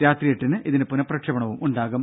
രാത്രി എട്ടിന് ഇതിന്റെ പുനപ്രക്ഷേപണം ഉണ്ടാകും